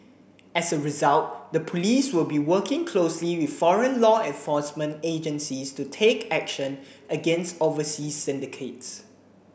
as a result the police will be working closely with foreign law enforcement agencies to take action against overseas syndicates